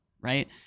right